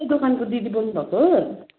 ए दोकानको दिदी बोल्नु भएको हो